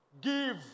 give